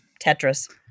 Tetris